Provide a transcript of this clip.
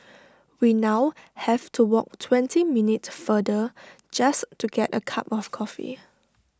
we now have to walk twenty minutes farther just to get A cup of coffee